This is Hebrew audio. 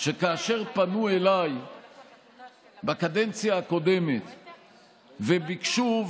כאשר פנו אליי בקדנציה הקודמת וביקשו,